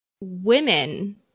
women